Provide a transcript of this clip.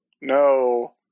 no